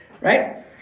right